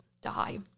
die